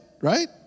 right